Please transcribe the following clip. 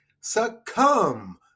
succumb